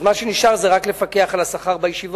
אז מה שנשאר זה רק לפקח על השכר בישיבות.